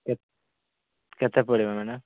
କେତେ କେତେ ପଡ଼ିବ ମ୍ୟାଡାମ୍